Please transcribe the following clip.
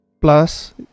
Plus